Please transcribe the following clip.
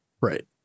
Right